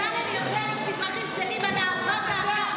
אמסלם יודע שמזרחים גדלים על אהבת האדם,